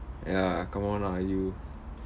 ya come on lah you